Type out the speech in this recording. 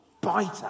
Biter